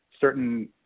certain